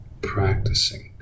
practicing